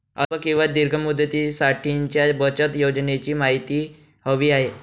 अल्प किंवा दीर्घ मुदतीसाठीच्या बचत योजनेची माहिती हवी आहे